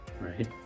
Right